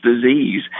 disease